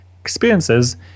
experiences